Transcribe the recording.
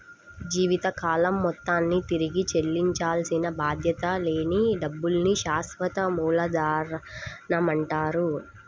జీవితకాలంలో మొత్తాన్ని తిరిగి చెల్లించాల్సిన బాధ్యత లేని డబ్బుల్ని శాశ్వత మూలధనమంటారు